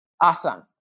Awesome